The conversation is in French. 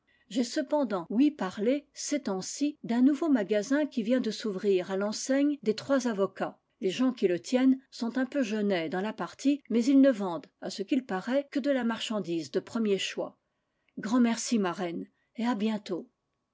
cepen dant ouï parler ces temps-ci d'un nouveau magasin qui vient de s'ouvrir à l'enseigne des trois avocats les gens qui le tiennent sont un peu jeunets dans la partie mais ils ne vendent à ce qu'il paraît que de la marchandise de premier choix grand merci marraine et à bientôt